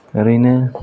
ओरैनो